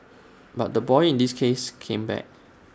but the boy in this case came back